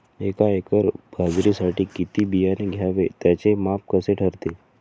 एका एकर बाजरीसाठी किती बियाणे घ्यावे? त्याचे माप कसे ठरते?